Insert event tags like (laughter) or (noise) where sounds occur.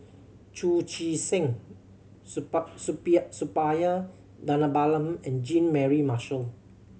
Chu Chee Seng (unintelligible) Suppiah Dhanabalan and Jean Mary Marshall